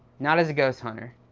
not as a ghost hunter,